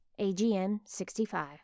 AGM-65